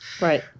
Right